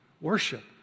worship